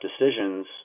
decisions